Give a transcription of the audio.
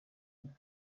wine